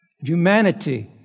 Humanity